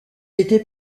était